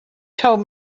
told